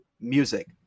music